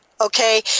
okay